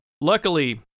luckily